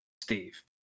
Steve